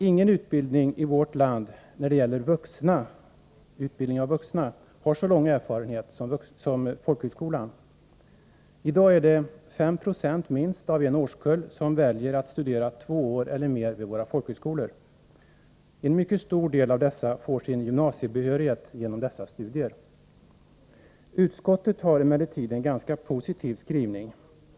Ingen utbildningsform i vårt land har så lång erfarenhet av utbildning av vuxna som folkhögskolan. I dag är det minst 5 96 av en årskull som väljer att studera två år eller mer vid våra folkhögskolor. En mycket stor del av dessa får sin gymnasiebehörighet genom sådana studier. Utskottet har valt en ganska positiv skrivning.